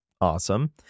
awesome